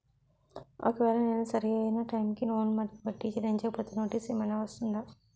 ఒకవేళ నేను సరి అయినా టైం కి లోన్ మరియు వడ్డీ చెల్లించకపోతే నోటీసు ఏమైనా వస్తుందా?